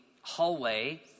hallway